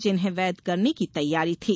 जिन्हें वैध करने की तैयारी थी